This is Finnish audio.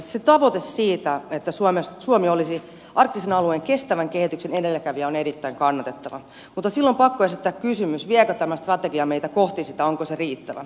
se tavoite siitä että suomi olisi arktisen alueen kestävän kehityksen edelläkävijä on erittäin kannatettava mutta silloin on pakko esittää kysymys viekö tämä strategia meitä kohti sitä onko se riittävä